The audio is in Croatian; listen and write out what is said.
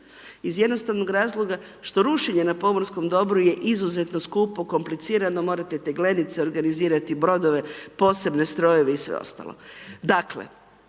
iz jednostavnog razloga što rušenje na pomorskom dobru je izuzetno skupo, komplicirano, morate teglenice organizirati, brodove, posebne strojeve i sve ostalo.